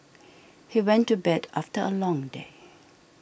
he went to bed after a long day